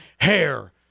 Hair